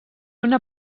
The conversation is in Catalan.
una